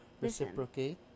reciprocate